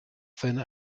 seiner